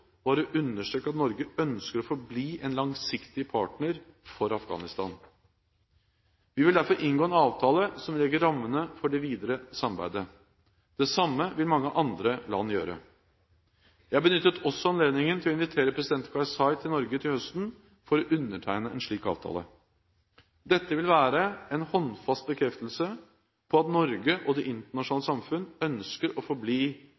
understreke at Norge ønsker å forbli en langsiktig partner for Afghanistan. Vi vil derfor inngå en avtale som legger rammene for det videre samarbeidet. Det samme vil mange andre land gjøre. Jeg benyttet også anledningen til å invitere president Karzai til Norge til høsten for å undertegne en slik avtale. Dette vil være en håndfast bekreftelse på at Norge og det internasjonale samfunn ønsker å forbli